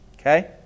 Okay